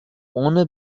ohne